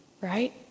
right